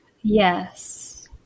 Yes